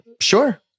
Sure